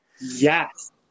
Yes